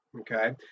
Okay